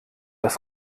das